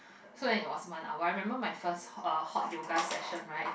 so then it was month I was remember first uh hot yoga session right